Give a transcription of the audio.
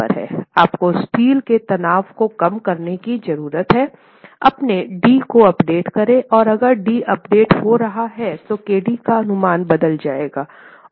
आपको स्टील के तनाव को कम करने की जरूरत है अपने d को अपडेट करें और अगर d अपडेट हो रहा है तो kd का अनुमान बदल जाएगा